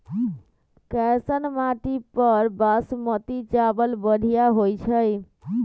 कैसन माटी पर बासमती चावल बढ़िया होई छई?